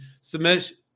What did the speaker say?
submission